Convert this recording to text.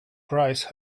price